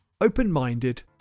Open-minded